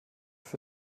für